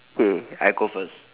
okay I go first